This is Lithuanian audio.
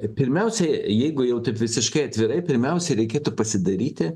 pirmiausiai jeigu jau taip visiškai atvirai pirmiausiai reikėtų pasidaryti